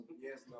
Yes